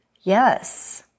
Yes